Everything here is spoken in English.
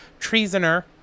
treasoner